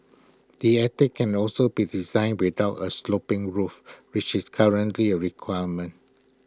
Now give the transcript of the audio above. the attic can also be designed without A sloping roof which is currently A requirement